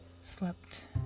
slept